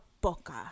Boca